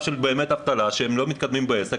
של באמת אבטלה שהם לא מתקדמים בעסק,